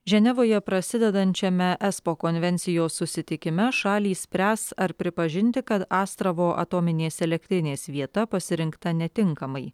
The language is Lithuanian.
ženevoje prasidedančiame espo konvencijos susitikime šalys spręs ar pripažinti kad astravo atominės elektrinės vieta pasirinkta netinkamai